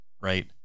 right